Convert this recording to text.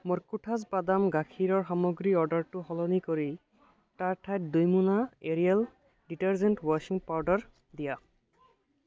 মোৰ কোঠাছ বাদাম গাখীৰৰ সামগ্ৰীৰ অৰ্ডাৰটো সলনি কৰি তাৰ ঠাইত দুই মোনা এৰিয়েল ডিটাৰজেন্ট ৱাশ্বিং পাউদাৰ দিয়া